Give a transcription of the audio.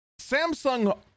Samsung